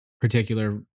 particular